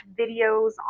videos